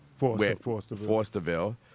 Forsterville